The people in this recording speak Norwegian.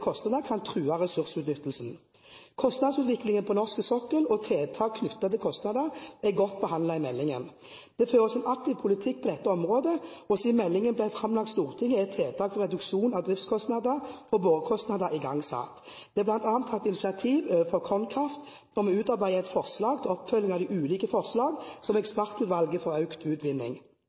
kostnader kan true ressursutnyttelsen. Kostnadsutviklingen på norsk sokkel og tiltak knyttet til kostnader er godt behandlet i meldingen. Det føres en aktiv politikk på dette området, og siden meldingen ble framlagt for Stortinget, er tiltak for reduksjon av driftskostnader og borekostnader igangsatt. Det er bl.a. tatt initiativ overfor KonKraft til å utarbeide et forslag til oppfølging av de ulike forslagene som ekspertutvalget for økt utvinning,